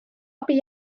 abi